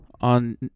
on